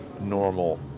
normal